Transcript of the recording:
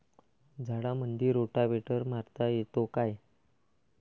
झाडामंदी रोटावेटर मारता येतो काय?